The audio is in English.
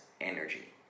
energy